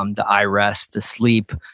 um the eye rest, the sleep,